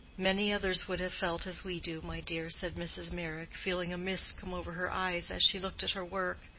many others would have felt as we do, my dear, said mrs. meyrick, feeling a mist come over her eyes as she looked at her work.